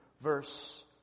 verse